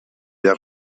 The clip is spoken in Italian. del